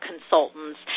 consultants